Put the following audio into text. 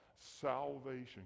salvation